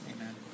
Amen